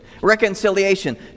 Reconciliation